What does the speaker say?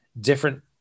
different